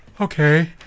Okay